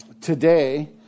today